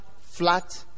flat